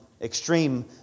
extreme